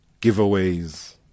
giveaways